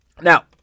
Now